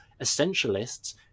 essentialists